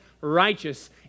righteous